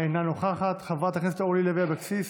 אינה נוכחת, חברת הכנסת אורלי לוי אבקסיס,